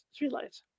streetlights